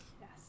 yes